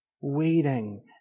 waiting